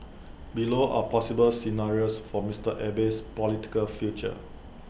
below are possible scenarios for Mister Abe's political future